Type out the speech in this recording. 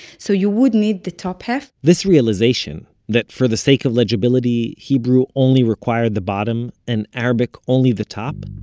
so you would need the top half this realization that for the sake of legibility, hebrew only required the bottom and arabic only the top,